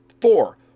Four